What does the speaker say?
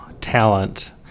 talent